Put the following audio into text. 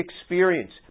experience